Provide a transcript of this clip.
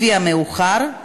לפי המאוחר,